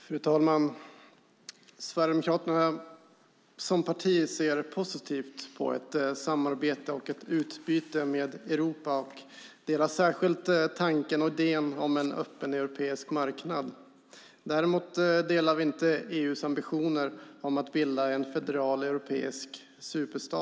Fru talman! Sverigedemokraterna som parti ser positivt på ett samarbete och ett utbyte med Europa och delar särskilt tanken och idén om en öppen europeisk marknad. Däremot delar vi inte EU:s ambitioner att bilda en federal europeisk superstat.